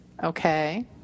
Okay